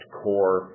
core